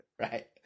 Right